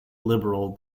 liberal